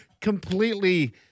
completely